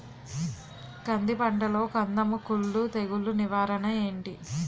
కంది పంటలో కందము కుల్లు తెగులు నివారణ ఏంటి?